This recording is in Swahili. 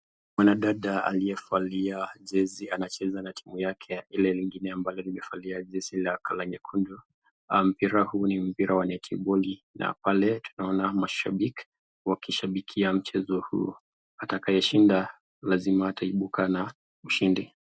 Mwanadada aliyevalia jezi anacheza na timu yake, ile ingine ambalo amevalia jezi lake nyekundu, mpira huu ni mpira ya netiboli , pale tunaona mashabiki wakishabikia michezo huu, atakaeshinda lazima ataebuka na ushindi.